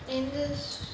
எந்த:entha